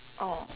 oh